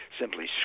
simply